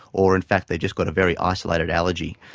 or in fact they just got a very isolated allergy,